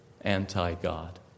anti-God